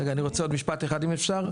רגע, אני רוצה עוד משפט אחד, אם אפשר.